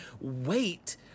wait